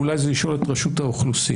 ואולי זה לשאול את רשות האוכלוסין,